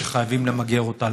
שחייבים למגר אותה.